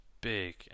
big